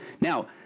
now